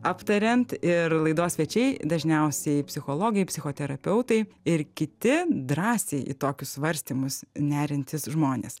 aptariant ir laidos svečiai dažniausiai psichologai psichoterapeutai ir kiti drąsiai į tokius svarstymus neriantys žmonės